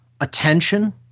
attention